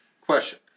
Question